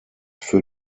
für